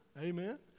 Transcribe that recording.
Amen